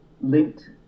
linked